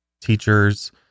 Teachers